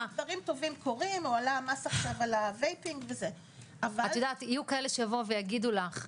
קורים דברים טובים עולה המס עכשיו על- -- יהיו כאלה שיגידו לך: